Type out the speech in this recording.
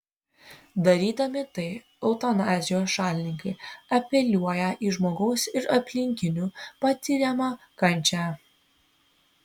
darydami tai eutanazijos šalininkai apeliuoja į žmogaus ir aplinkinių patiriamą kančią